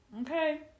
okay